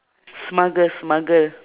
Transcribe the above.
smuggle smuggle